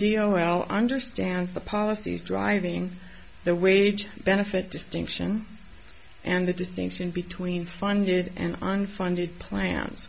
i understand the policies driving the wage benefit distinction and the distinction between funded and unfunded plans